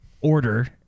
order